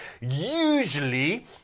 usually